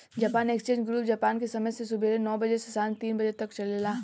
Japan exchange group Japan के समय से सुबेरे नौ बजे से सांझ तीन बजे तक चलेला